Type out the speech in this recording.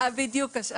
בדיון.